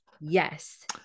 Yes